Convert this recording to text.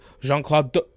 Jean-Claude